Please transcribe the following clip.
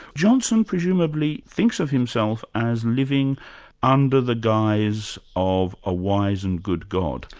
johnson presumably thinks of himself as living under the guise of a wise and good god.